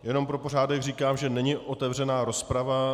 Jenom pro pořádek říkám, že není otevřená rozprava.